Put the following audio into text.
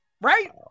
Right